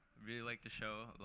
really like the show,